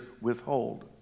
withhold